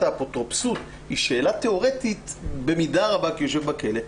האפוטרופסות היא שאלה תיאורטית במידה רבה כי הוא יושב בכלא.